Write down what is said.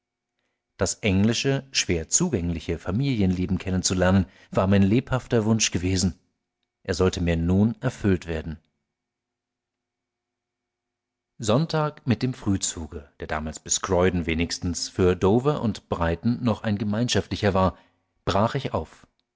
das englische schwer zugängliche familienleben kennenzulernen war mein lebhafter wunsch gewesen er sollte mir nun erfüllt werden sonntag mit dem frühzuge der damals bis croydon wenigstens für dover und brighton noch ein gemeinschaftlicher war brach ich auf